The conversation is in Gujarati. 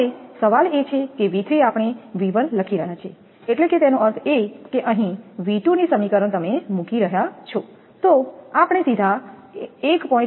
હવે સવાલ એ છે કે 𝑉3 આપણે 𝑉1 લખી રહ્યા છીએ એટલે કે તેનો અર્થ એ કે અહીં 𝑉2ની સમીકરણ તમે મૂકી રહ્યા છો તો આપણે સીધા 1